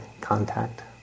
contact